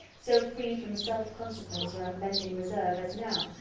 so free from self-consequence or unbending reserve, as now,